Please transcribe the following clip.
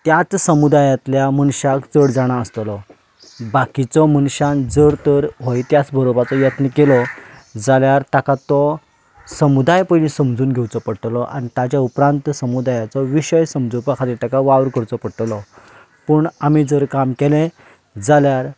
त्या समुदायांतल्या मनशाक चड जाणां आसतलो बाकिचो मनशान जर तर हो इतिहास बरोवपाचो यत्न केलो जाल्यार ताका तो समुदाय पयलीं समजून घेवचो पडटलो आनी ताज्या उपरांत समुदायाचो विशय समजूपा खातीर ताका वावर करचो पडटलो पूण आमी जर काम केलें जाल्यार